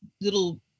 little